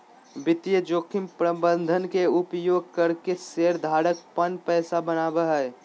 वित्तीय जोखिम प्रबंधन के उपयोग करके शेयर धारक पन पैसा बनावय हय